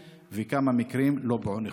3. כמה מקרים לא פוענחו?